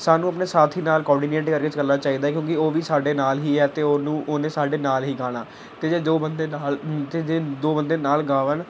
ਸਾਨੂੰ ਆਪਣੇ ਸਾਥੀ ਨਾਲ ਕੋਰਡੀਨੇਟ ਕਰਕੇ ਚੱਲਣਾ ਚਾਹੀਦਾ ਕਿਉਂਕਿ ਉਹ ਵੀ ਸਾਡੇ ਨਾਲ ਹੀ ਹੈ ਅਤੇ ਉਹਨੂੰ ਉਹਨੇ ਸਾਡੇ ਨਾਲ ਹੀ ਗਾਉਣਾ ਅਤੇ ਜੇ ਜੋ ਬੰਦੇ ਨਾਲ ਅਤੇ ਜੇ ਦੋ ਬੰਦੇ ਨਾਲ ਗਾਵਣ